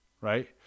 right